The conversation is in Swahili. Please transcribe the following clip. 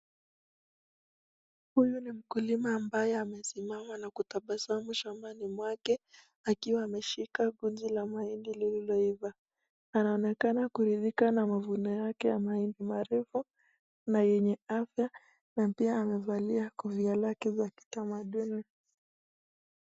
Huyu ni mkulima ambaye amesimama na kutabasamu shambani mwake akiwa ameshika kunji la mahindi lililo iva anaonekana kurithika na mavuno yake ya kimaarufu na yenye afya na pia amevalia kofia lake za kitamaduni.